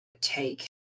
take